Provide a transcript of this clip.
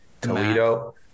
Toledo